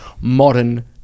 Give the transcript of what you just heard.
modern